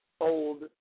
old